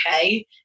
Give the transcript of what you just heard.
okay